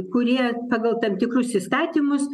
kurie pagal tam tikrus įstatymus